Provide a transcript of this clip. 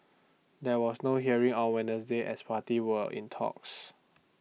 there was no hearing on Wednesday as parties were in talks